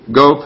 go